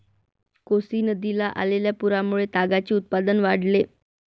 कोसी नदीला आलेल्या पुरामुळे तागाचे उत्पादन वाढले